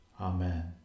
Amen